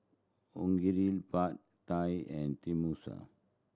Onigiri Pad Thai and Tenmusu